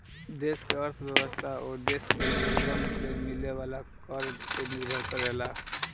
देश के अर्थव्यवस्था ओ देश के लोगन से मिले वाला कर पे निर्भर करेला